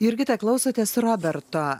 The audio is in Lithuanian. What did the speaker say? jurgita klausotės roberto